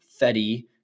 Fetty